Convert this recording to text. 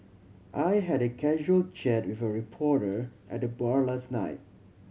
I had a casual chat with a reporter at the bar last night